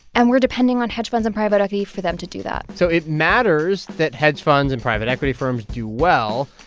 and we're depending on hedge funds and private equity for them to do that so it matters that hedge funds and private equity firms do well.